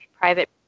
private